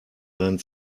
deinen